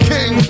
King